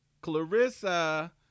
Clarissa